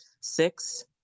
Six